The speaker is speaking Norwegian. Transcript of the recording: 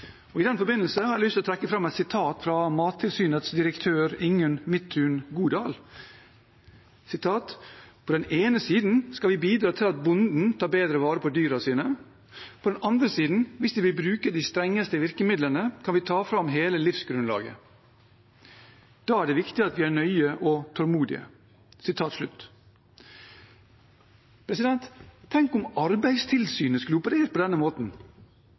I den forbindelsen har jeg lyst til å trekke fram et sitat fra Mattilsynets direktør, Ingunn Midttun Godal. «På den ene siden skal vi bidra til at bonden tar bedre vare på dyra sine og sikre god dyrevelferd. På den andre siden, hvis vi bruker de strengeste virkemidlene, kan vi ta fra bonden livsgrunnlaget. Da er det viktig at vi er nøye og tålmodige ...» Tenkt om Arbeidstilsynet skulle operert på denne måten.